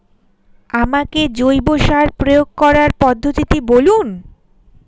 আমাকে জৈব সার প্রয়োগ করার পদ্ধতিটি বলুন?